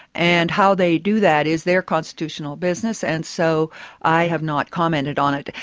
and how they do that is their constitutional business, and so i have not commented on it.